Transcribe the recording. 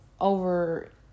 over